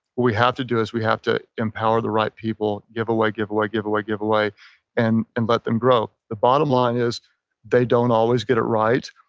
we have to do is we have to empower the right people. give away, give like give away, give away, and and let them grow. the bottom line is they don't always get it right.